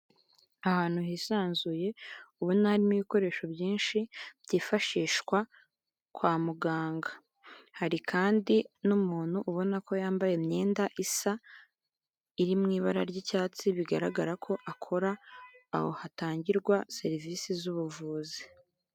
Ahantu hisanzuye ubona harimo ibikoresho byinshi byifashishwa kwa muganga, hari kandi n'umuntu ubona ko yambaye imyenda isa iri mu ibara ry'icyatsi bigaragara ko akora aho hatangirwa serivisi z'ubuvuzi.